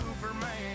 Superman